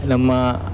ನಮ್ಮ